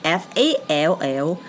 f-a-l-l